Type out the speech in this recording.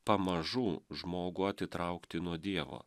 pamažu žmogų atitraukti nuo dievo